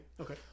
Okay